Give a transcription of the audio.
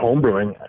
homebrewing